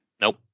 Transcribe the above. Nope